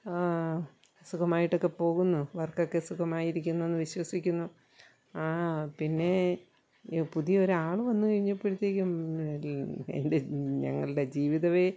സുഖമായിട്ടൊക്കെ പോകുന്നോ വർക്കൊക്കെ സുഖമായിരിക്കുന്നുവെന്ന് വിശ്വസിക്കുന്നു പിന്നെ പുതിയൊരാൾ വന്ന് കഴിഞ്ഞപ്പോഴത്തേക്കും എൻ്റെ ഞങ്ങൾളുടെ ജീവിതമേ